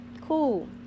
cool